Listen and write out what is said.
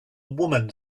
woman